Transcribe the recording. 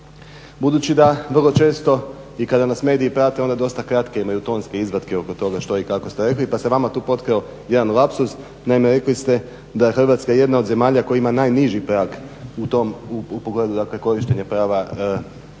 Budući da vrlo često i kada nas mediji prate onda dosta kratke imaju tonske izvatke oko toga što i kako ste rekli, pa se tu vama potkrao jedan lapsus. Naime, rekli ste da je Hrvatska jedna od zemalja koja ima najniži prag u tom, u pogledu dakle korištenja prava jezika,